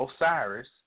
Osiris